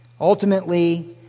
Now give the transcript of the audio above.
ultimately